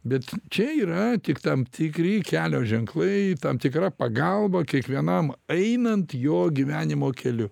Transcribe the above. bet čia yra tik tam tikri kelio ženklai tam tikra pagalba kiekvienam einant jo gyvenimo keliu